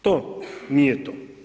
To nije to.